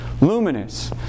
Luminous